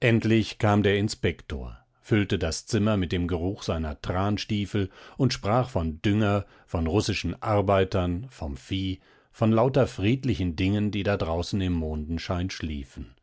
endlich kam der inspektor füllte das zimmer mit dem geruch seiner transtiefel und sprach von dünger von russischen arbeitern vom vieh von lauter friedlichen dingen die da draußen im mondenschein schliefen